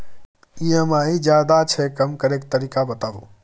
EMI ज्यादा छै कम करै के तरीका बताबू?